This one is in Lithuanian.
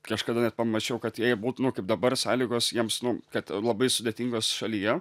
kažkada net pamačiau kad jei būtų nu kaip dabar sąlygos jiems nu kad labai sudėtingos šalyje